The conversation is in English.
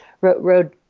road